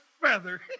feather